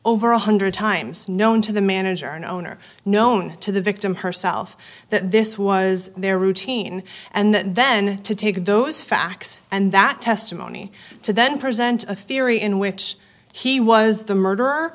over one hundred times known to the manager and owner known to the victim herself that this was their routine and then to take those facts and that testimony to then present a theory in which he was the murder